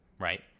right